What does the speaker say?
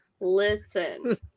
Listen